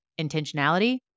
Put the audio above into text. intentionality